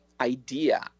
idea